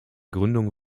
gründung